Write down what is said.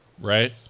right